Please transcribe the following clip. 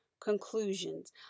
conclusions